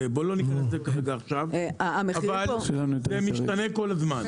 בוא לא ניכנס לזה עכשיו אבל זה משתנה כל הזמן.